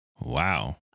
wow